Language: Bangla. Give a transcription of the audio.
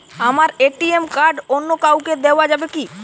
আমার এ.টি.এম কার্ড অন্য কাউকে দেওয়া যাবে কি?